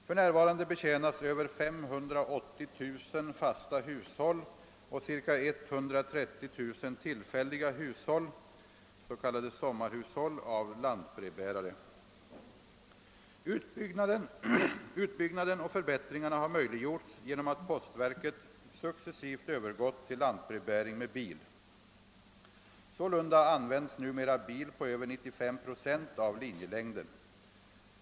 För närvarande betjänas över 580 000 fasta hushåll och ca 130 000 tillfälliga hushåll av lantbrevbärare. Utbyggnaden och förbättringarna har möjliggjorts genom att postverket successivt övergått till lantbrevbäring med bil. Sålunda används numera bil på över 95 procent av linjelängden.